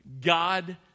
God